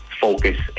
focus